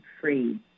free